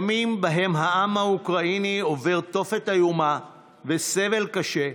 ימים שבהם העם האוקראיני עובר תופת איומה וסבל קשה,